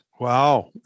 Wow